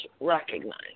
recognize